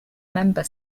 member